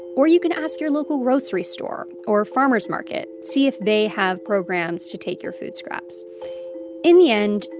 or you can ask your local grocery store or farmers market. see if they have programs to take your food scraps in the end,